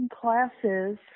classes